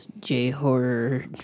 J-horror